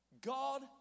God